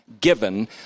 given